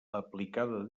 aplicada